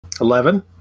Eleven